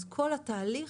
אז כל התהליך,